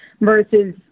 versus